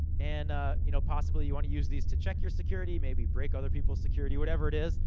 and ah you know possibly, you wanna use these to check your security. maybe, break other people's security, whatever it is.